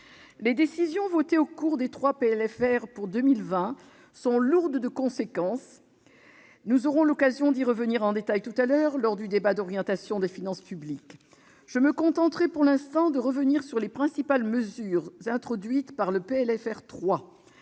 Les décisions votées au cours des trois PLFR pour 2020 sont lourdes de conséquences. Nous aurons l'occasion d'y revenir en détail tout à l'heure, lors du débat sur l'orientation des finances publiques. Je me contenterai pour l'instant de revenir sur les principales mesures introduites par le PLFR 3.